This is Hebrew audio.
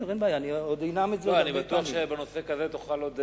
היא למדה את המקצועות האלה,